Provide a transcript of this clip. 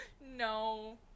No